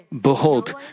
Behold